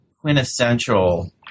quintessential